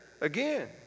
again